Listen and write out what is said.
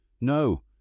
No